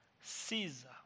Caesar